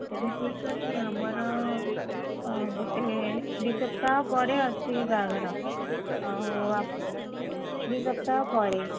ହଉ ତା'ହେଲେ ଠିକ୍ ଅଛି ଆମର ଗୋଟେ ଦୁଇ ସପ୍ତାହ ପରେ ଅଛି ବାହାଘର ଆଉ ଦି ସପ୍ତାହ ପରେ